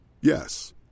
Yes